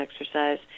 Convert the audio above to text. exercise